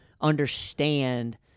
understand